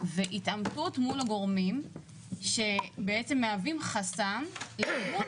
ו התעמתות מול הגורמים שמהווים חסם לאמון